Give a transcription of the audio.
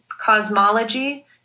cosmology